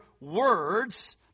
words